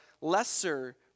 lesser